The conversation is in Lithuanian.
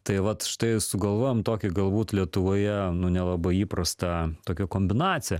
tai vat štai sugalvojom tokį galbūt lietuvoje nu nelabai įprastą tokią kombinaciją